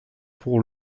pour